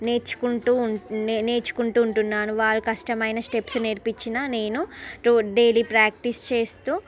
నేర్చుకుంటూ ఉంటు నేర్చుకుంటూ ఉంటున్నాను వాళ్ళు కష్టమైన స్టెప్స్ నేర్పించిన నేను రోజు డైలీ ప్రాక్టీస్ చేస్తూ